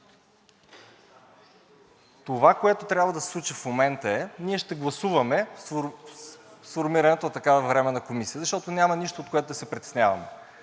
Това, което трябва да се случи в момента, е – ние ще гласуваме сформирането на такава временна комисия, защото няма нищо, от което да се притесняваме.